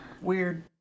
weird